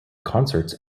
concerts